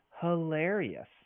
hilarious